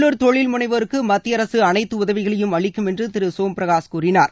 உள்ளூர் தொழில் முனைவோருக்கு மத்திய அரசு அனைத்து உதவிகளையும் அளிக்கும் என்று திரு சோம் பிரகாஷ் கூறினார்